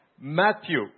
Matthew